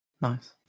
nice